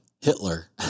Hitler